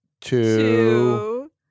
two